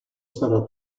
sarà